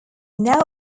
now